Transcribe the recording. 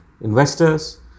investors